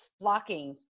flocking